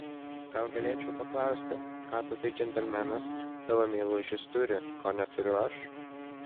gal galėčiau paklausti ką tasai džentelmenas tavo meilužis turi ko neturiu aš